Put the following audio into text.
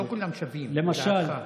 לא כולם שווים, לדעתך.